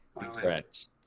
Correct